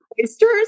oysters